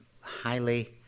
highly